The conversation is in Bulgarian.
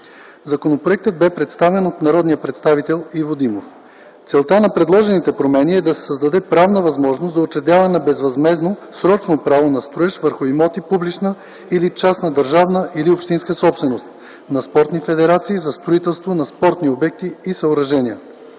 Законопроектът бе представен от народния представител Иво Димов. Целта на предложените промени е да се създаде правна възможност за учредяване на безвъзмездно срочно право на строеж върху имоти – публична или частна държавна или общинска собственост, на спортни федерации за строителство на спортни обекти и съоръжения.